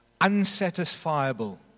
unsatisfiable